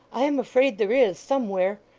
i am afraid there is, somewhere.